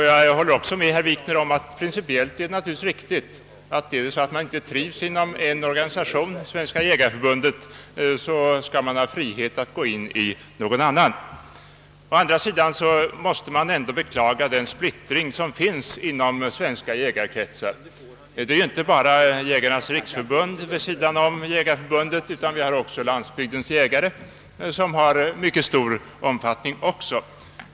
Jag håller också med herr Wikner om att det principiellt är riktigt att man skall ha frihet att gå in i någon annan organisation, om man inte trivs inom Svenska jägareförbundet. Å andra sidan måste man ändå beklaga den splittring som finns inom svenska jägarkretsar. Det är inte bara Jägarnas riksförbund vid sidan om jägareförbundet utan vidare Landsbygdens jägare, som också har relativt stor omfattning.